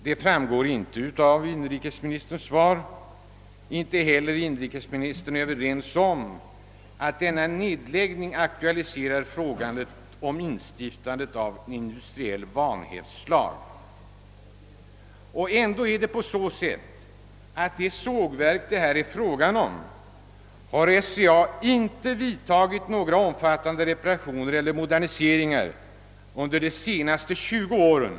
Inte heller är inrikes ministern överens med mig om att denna nedläggning aktualiserar frågan om stiftandet av en industriell vanhävdslag ändå förhåller det sig så, enligt upp: gifter i pressen från den anställda arbetskraften, att SCA i det sågverk det här är fråga om inte har gjort några omfattande reparationer och moderniseringar under de senaste 20 åren.